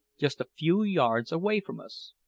just a few yards away from us.